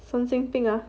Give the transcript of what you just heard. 神经病 ah